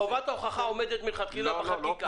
חובת ההוכחה עומדת מלכתחילה בחקיקה.